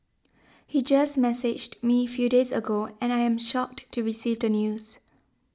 he just messaged me few days ago and I am shocked to receive the news